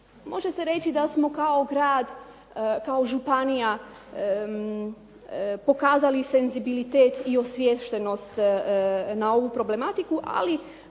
može se reći da smo kao grad, kao županija pokazali senzibilitet i osviještenost na ovu problematiku, ali